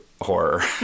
horror